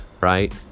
right